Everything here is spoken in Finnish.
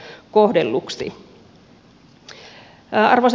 arvoisa puhemies